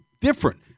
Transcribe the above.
different